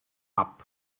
app